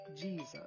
Jesus